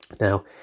Now